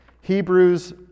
Hebrews